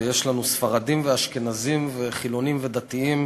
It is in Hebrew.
ויש לנו ספרדים ואשכנזים וחילונים ודתיים,